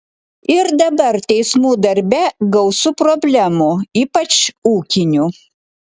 ir dabar teismų darbe gausu problemų ypač ūkinių